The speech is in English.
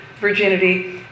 virginity